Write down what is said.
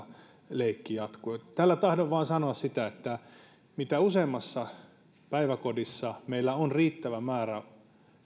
leikki jatkui tällä tahdon vain sanoa sitä että mitä useammassa päiväkodissa meillä on riittävä määrä